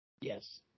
Yes